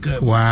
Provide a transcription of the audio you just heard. Wow